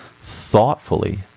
thoughtfully